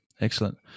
Excellent